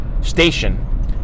Station